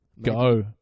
Go